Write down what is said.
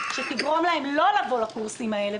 שתגרום להם לא לבוא לקורסים האלה,